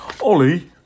Ollie